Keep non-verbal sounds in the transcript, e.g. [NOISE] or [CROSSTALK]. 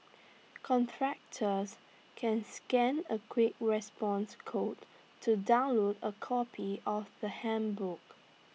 [NOISE] contractors can scan A quick response code to download A copy of the handbook